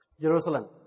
Jerusalem